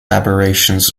aberrations